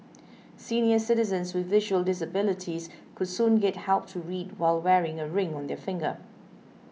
senior citizens with visual disabilities could soon get help to read while wearing a ring on their finger